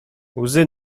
łzy